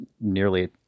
nearly